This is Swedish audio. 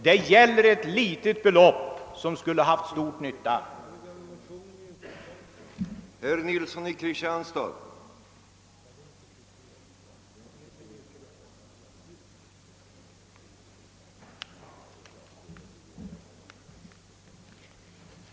Det gäller ett litet belopp som skulle ha haft stor nytta med